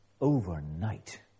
overnight